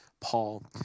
Paul